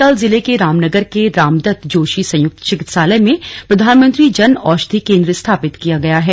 नैनीताल जिले के रामनगर के रामदत्त जोशी संयुक्त चिकित्सालय में प्रधानमंत्री जन औषधि केंद्र स्थापित किया गया है